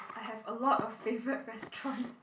I have a lot of favorite restaurants